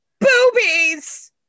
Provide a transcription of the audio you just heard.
boobies